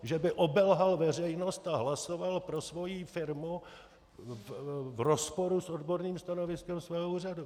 Že by obelhal veřejnost a hlasoval pro svou firmu v rozporu s odborným stanoviskem svého úřadu.